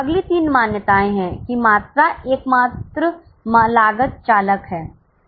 अगली तीन मान्यताएँ हैं कि मात्रा एकमात्र लागत चालक है